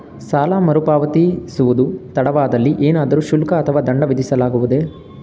ಸಾಲ ಮರುಪಾವತಿಸುವುದು ತಡವಾದಲ್ಲಿ ಏನಾದರೂ ಶುಲ್ಕ ಅಥವಾ ದಂಡ ವಿಧಿಸಲಾಗುವುದೇ?